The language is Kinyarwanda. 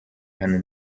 hano